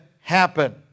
happen